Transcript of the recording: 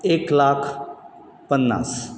एक लाख पन्नास